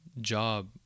job